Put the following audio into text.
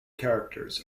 characters